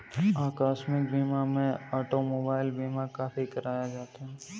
आकस्मिक बीमा में ऑटोमोबाइल बीमा काफी कराया जाता है